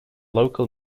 local